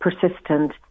persistent